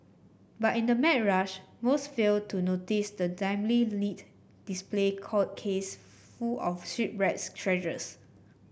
but in the mad rush most fail to notice the dimly lit display call case full of shipwrecks treasures